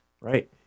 right